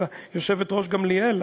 היושבת-ראש גמליאל,